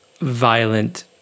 violent